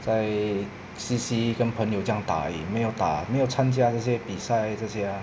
在 C_C 跟朋友这样打而已没有打没有参加这些比赛这些啊